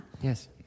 Yes